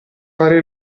fare